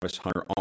Hunter